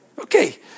Okay